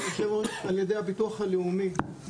ליושב ראש הוועדה על ידי הביטוח הלאומי על ידי הביטוח